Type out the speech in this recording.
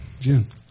June